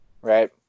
Right